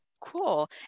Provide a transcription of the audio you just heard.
Cool